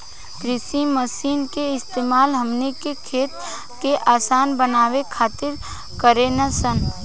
कृषि मशीन के इस्तेमाल हमनी के खेती के असान बनावे खातिर कारेनी सन